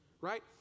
right